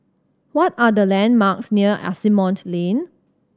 what are the landmarks near Asimont Lane